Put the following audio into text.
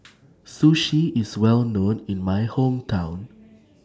Sushi IS Well known in My Hometown